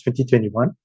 2021